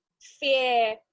fear